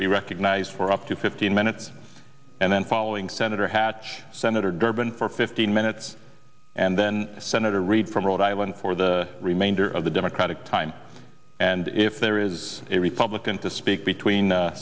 be recognized for up to fifteen minutes and then following senator hatch senator durbin for fifteen minutes and then senator reed from rhode island for the remainder of the democratic time and if there is a republican to speak between